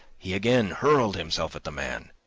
he again hurled himself at the man.